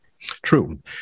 True